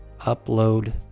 upload